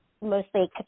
mostly